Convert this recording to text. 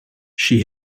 she